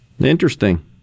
Interesting